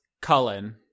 Cullen